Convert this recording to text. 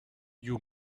you